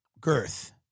girth